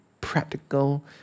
practical